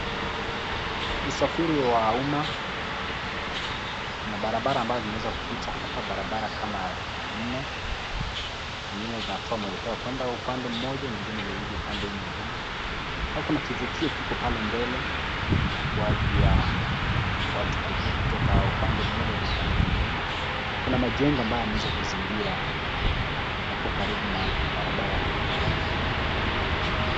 Usafiri wa uma kuna barabara ambazo zimeweza kupita hapa barabara kama nne zingine zatoa mwelekeo wa kwenda upande mmoja na ingine ikirudi upande huu mwingine. Na kuna kivukio kiko pale mbele kwa ajili ya watu kuvuka kutoka upande mmoja hadi upande mwingine. Kuna majengo ambayo yameweza kuzingira hapo karibu na barabara hii kuu.